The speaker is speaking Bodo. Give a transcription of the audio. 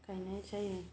गायनाय जायो